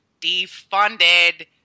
Defunded